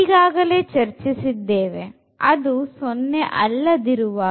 ಈಗಾಗಲೇ ಚರ್ಚಿಸಿದ್ದೇವೆ ಅದು 0 ಅಲ್ಲದಿರುವಾಗ